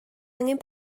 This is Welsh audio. angen